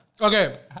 Okay